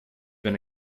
been